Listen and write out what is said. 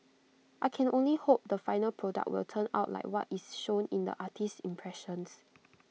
I can only hope the final product will turn out like what is shown in the artist's impressions